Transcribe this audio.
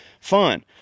fun